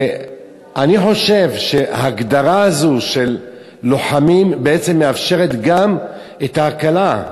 אני חושב שההגדרה הזו של לוחמים בעצם מאפשרת גם את ההקלה.